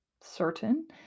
certain